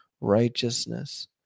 righteousness